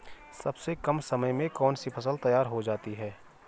सबसे कम समय में कौन सी फसल तैयार हो जाती है?